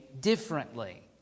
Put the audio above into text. differently